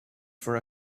for